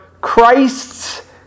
Christ's